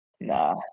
Nah